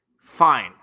Fine